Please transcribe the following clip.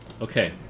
Okay